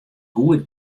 goed